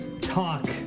talk